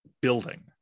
building